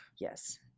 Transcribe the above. yes